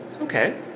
Okay